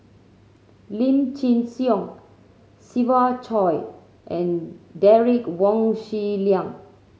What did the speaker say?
Lim Chin Siong Siva Choy and Derek Wong Xi Liang